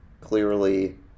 clearly